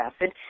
acid